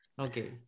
Okay